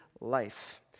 life